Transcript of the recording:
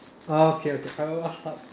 oh okay okay I'll I'll start